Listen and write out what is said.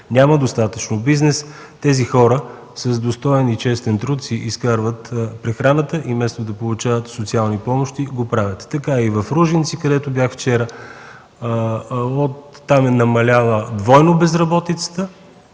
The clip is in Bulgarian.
няма достатъчно бизнес, тези хора с достоен и честен труд си изкарват прехраната и вместо да получават социални помощи, го правят. Така е и в Ружинци, където бях вчера. Там е намаляла двойно безработицата